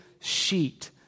sheet